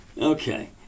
Okay